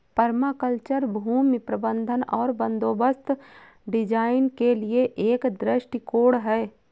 permaculture भूमि प्रबंधन और बंदोबस्त डिजाइन के लिए एक दृष्टिकोण है